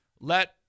let